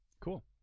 Cool